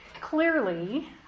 clearly